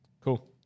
Cool